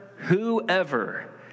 Whoever